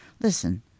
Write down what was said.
Listen